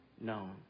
known